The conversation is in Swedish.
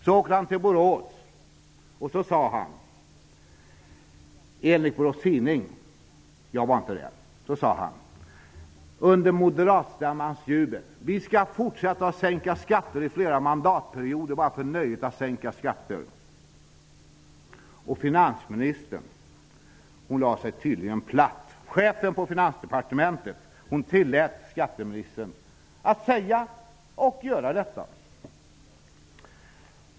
Han åkte till Borås, och enligt Borås Tidning -- jag var inte där -- sade han under moderatstämmans jubel: ''Vi skall fortsätta och sänka skatter i flera mandatperioder, bara för nöjet att sänka skatter.'' Finansministern lade sig tydligen platt. Chefen på Finansdepartementet tillät skatteministern att säga och göra detta.